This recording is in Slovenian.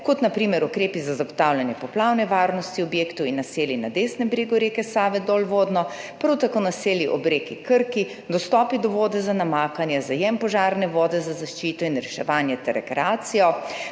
so na primer ukrepi za zagotavljanje poplavne varnosti objektov in naselij na desnem bregu reke Save dolvodno, prav tako naselij ob reki Krki, dostopi do vode za namakanje, zajem požarne vode za zaščito in reševanje ter rekreacijo,